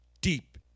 deep